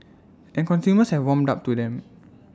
and consumers have warmed up to them